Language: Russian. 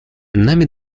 нами